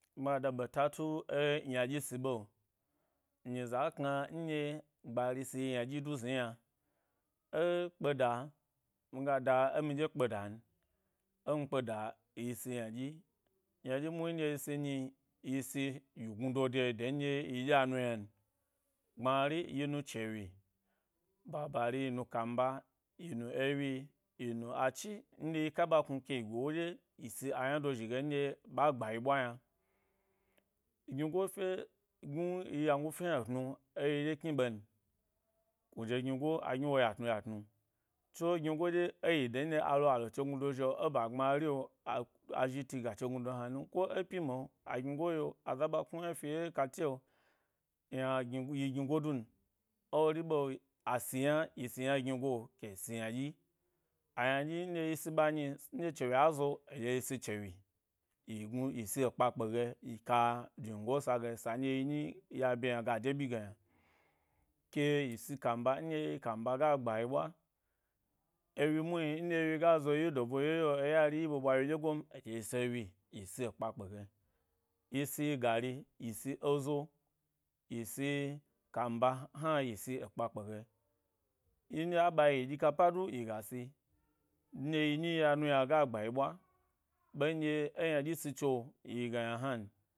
Ma da ɓeta tu ẻ ynaɗyi si ɓ; nyize a kna nɗye-gbari si ynadyi du ‘zni yni yna ẻ kpeda miga da ẻ muɗye kpe do n ẻ mi kpeda yi si ynaɗyi, ynaɗyi muhni nɗye yi si nyi yi si yi gnudo de, de nɗye yi ɗye a nu ynan. Gbmari, yi nu chowyi babari yi nu kamba yi nu, ewyi yi nu edi nɗye yi ka ɓa knu ke yi go wo ɗye yi si ayna do zhi go nɗye ɓa gba yi ɓwa yna gnigo fye gnu, yi yango fye ynatnu eyi dye kni ɓe n kuje gnigo, a gniwo yatnu yatnu tso, gnigo ɗye e de nɗye alo alo chegnu zhi’o, e ba gbmari’o a, a zhiti ga, chegnudo yna num, ko e pyimi’o agni go yi’o aza ɓa knuya fi e kate’o, yi gni go chin ewori ɓe, a si yna yi si yna ẻ gnigo, ke yi si ynaɗyi a nɗye yi si ɓa nyi nɗye chawyi a zo eɗye yi si chewyi yi gnu yi si ekpe kpe ge yi ka jnungo sa g eke yin yi ya bye yna ga de ɓyi ge yna, ke yisi kamba, nɗye yi kamba ya gba yi ɓwa ewyi muhni, ndye ‘ewyi ga zo yi edo bu’o yeye’o eya ri yi ɓe ɓwa wyi ɗye goom a ɗye yi si ewyi, yi si ekpa kpe ge, yi si gari, yi si ezo, yi si kamba hna yi si-ekpa kpe ge, nɗye a ɓayi yi ɗyi kapa du yiga si nɗye yi nyi ya nuyna ga gba yi ɓwa ɓe nɗye, e yna ɗyi sit so, yi yi ge yna hnan.